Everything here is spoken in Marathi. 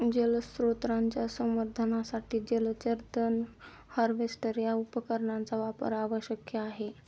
जलस्रोतांच्या संवर्धनासाठी जलचर तण हार्वेस्टर या उपकरणाचा वापर आवश्यक आहे